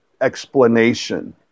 explanation